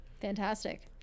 Fantastic